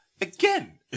again